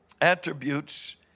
attributes